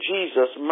Jesus